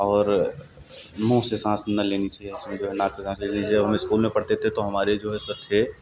और मुँह से साँस न लेनी चाहिए इसमें जो है नाक से साँस लेनी चाहिए हम स्कूल में पढ़ते थे तो हमारे जो है सर थे